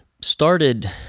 started